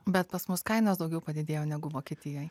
bet pas mus kainos daugiau padidėjo negu vokietijoj